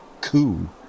coup